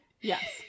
Yes